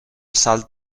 salt